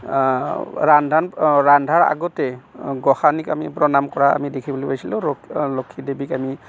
ৰান্ধান ৰন্ধাৰ আগতেই গোঁসানীক আমি প্ৰনাম কৰা আমি দেখিবলৈ পাইছিলোঁ ল লক্ষী দেৱীক আমি